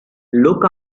look